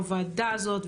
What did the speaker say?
הוועדה הזאת,